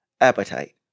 appetite